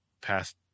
past